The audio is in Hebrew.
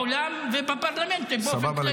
בעולם ובפרלמנט באופן כללי.